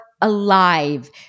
alive